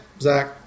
Zach